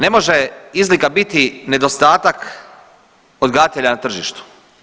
Ne može izlika biti nedostatak odgajatelja na tržištu.